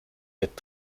wird